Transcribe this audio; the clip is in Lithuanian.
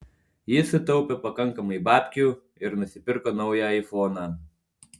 jis sutaupė pakankamai babkių ir nusipirko naują aifoną